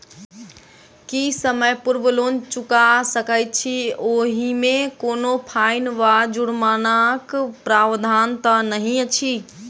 की समय पूर्व लोन चुका सकैत छी ओहिमे कोनो फाईन वा जुर्मानाक प्रावधान तऽ नहि अछि?